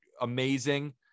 amazing